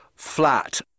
flat